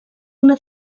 una